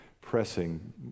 pressing